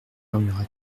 murmura